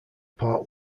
part